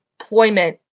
employment